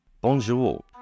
Bonjour